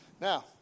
Now